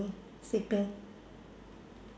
sleeping